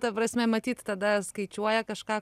ta prasme matyt tada skaičiuoja kažką